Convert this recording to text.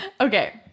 Okay